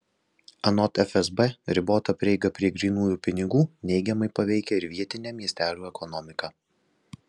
anot fsb ribota prieiga prie grynųjų pinigų neigiamai paveikia ir vietinę miestelių ekonomiką